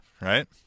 right